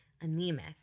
anemic